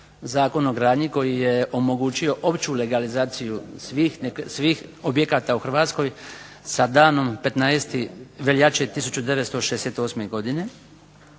Zakon o izgradnji koji je omogućio opću legalizaciju svih objekata u Hrvatskoj sa danom 15. veljače 1968. godine.